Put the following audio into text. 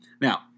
Now